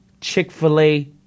Chick-fil-A